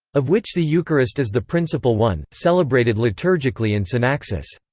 of which the eucharist is the principal one, celebrated liturgically in synaxis.